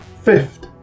Fifth